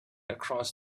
across